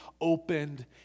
opened